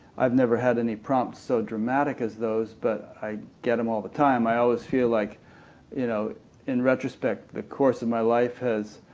i've never had any prompts so dramatic as those, but i get them all the time. i always feel that like you know in retrospect, the course of my life has